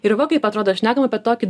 ir va kaip atrodo šnekam apie tokį